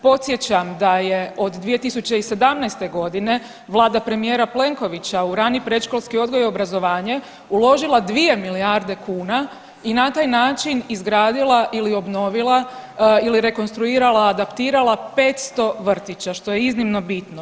Podsjećam da je od 2017. godine vlada premijera Plenkovića u rani predškolski odgoj i obrazovanje uložila 2 milijarde kuna i na taj način izgradila ili obnovila ili rekonstruirala, adaptirala 500 vrtića što je iznimno bitno.